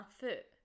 foot